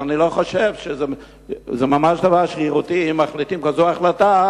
זה ממש דבר שרירותי אם מחליטים כזו החלטה,